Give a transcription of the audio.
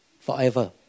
Forever